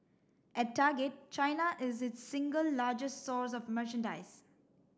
at Target China is its single largest source of merchandise